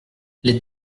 les